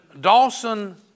Dawson